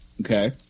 Okay